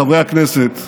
חברי הכנסת,